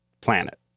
planet